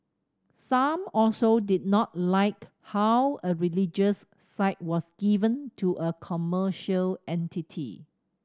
some also did not like how a religious site was given to a commercial entity